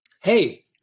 Hey